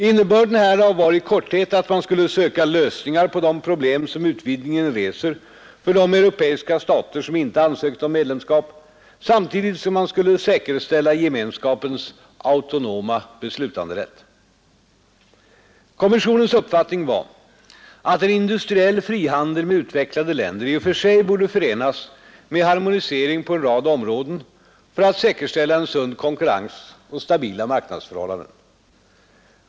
Innebörden härav var i korthet att man skulle söka lösningar på de problem som utvidgningen reser för de europeiska stater som inte ansökt om medlemskap samtidigt som man skulle säkerställa Gemenskapens autonoma beslutanderätt. Kommissionens uppfattning var att en industriell frihandel med utvecklade länder i och för sig borde förenas med harmonisering på en rad områden för att säkerställa en sund konkurrens och stabila marknadsförhållanden.